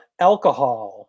alcohol